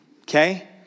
okay